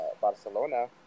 Barcelona